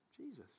Jesus